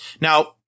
Now